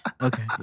Okay